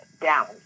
down